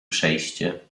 przejście